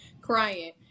crying